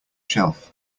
shelf